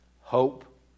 hope